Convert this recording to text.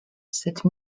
cette